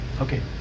Okay